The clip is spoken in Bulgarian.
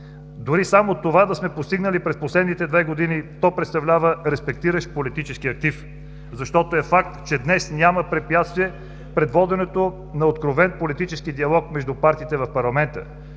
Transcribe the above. Дори само това да сме постигнали през последните две години, то представлява респектиращ политически актив, защото е факт, че днес няма препятствия пред воденето на откровен политически диалог между партиите в парламента.